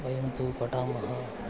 वयं तु पठामः